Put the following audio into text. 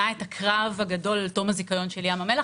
את הקרב הגדול על תום הזיכיון של ים המלח,